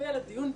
ולמגדר,